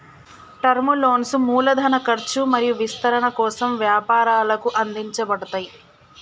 term లోన్లు మూలధన ఖర్చు మరియు విస్తరణ కోసం వ్యాపారాలకు అందించబడతయ్